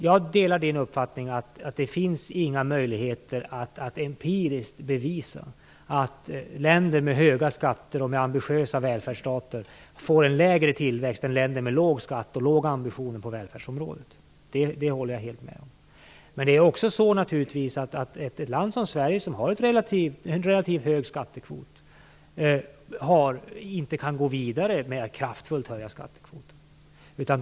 Jag delar Bengt Silfverstrands uppfattning att det inte finns några möjligheter att empiriskt bevisa att länder med höga skatter och ambitiösa välfärdsstater får en lägre tillväxt än länder med låg skatt och låga ambitioner på välfärdsområdet. Det håller jag helt med om. Men ett land som Sverige som har en relativt hög skattekvot kan inte gå vidare och höja skattekvoten kraftfullt.